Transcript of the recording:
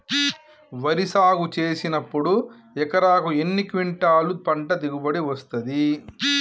వరి సాగు చేసినప్పుడు ఎకరాకు ఎన్ని క్వింటాలు పంట దిగుబడి వస్తది?